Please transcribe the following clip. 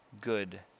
good